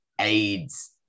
aids